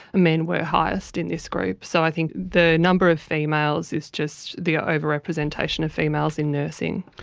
men were highest in this group. so i think the number of females is just the overrepresentation of females in nursing.